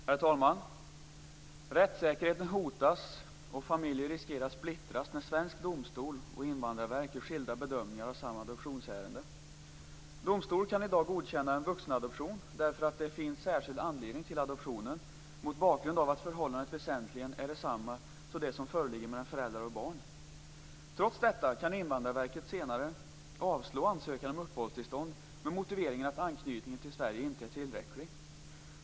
Herr talman! Rättssäkerheten hotas och familjer riskerar att splittras när svensk domstol och Invandrarverket gör skilda bedömningar av samma adoptionsärende. Domstol kan i dag godkänna en vuxenadoption därför att det finns särskild anledning till adoptionen, mot bakgrund av att förhållandet väsentligen är detsamma som det som föreligger mellan föräldrar och barn. Trots detta kan Invandrarverket senare avslå ansökan om uppehållstillstånd med motiveringen att anknytningen till Sverige inte är tillräcklig.